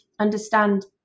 understand